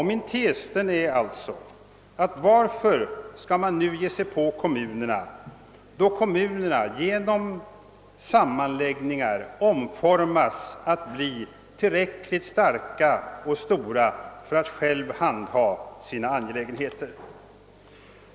Min tes är alltså att man inte nu bör ge sig på kommunerna, då kommunerna genom sammanläggningar omformas till att bli tillräckligt starka och stora för att själva kunna handha sina angelägenheter.